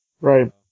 Right